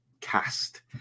cast